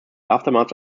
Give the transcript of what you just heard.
aftermath